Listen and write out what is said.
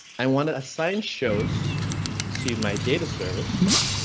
i want to assign shows to my data service.